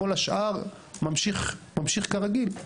כל השאר ממשיך כרגיל.